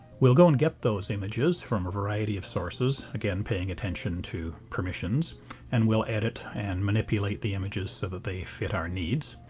we'll go and get those images from a variety of sources, again paying attention to permissions and we'll edit and manipulate the images so that they fit our needs.